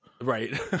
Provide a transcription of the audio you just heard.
Right